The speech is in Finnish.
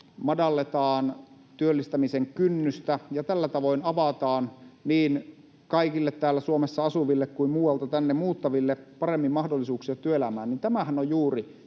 madalletaan työllistämisen kynnystä ja tällä tavoin avataan kaikille niin täällä Suomessa asuville kuin muualta tänne muuttaville parempia mahdollisuuksia työelämään, niin tämähän on juuri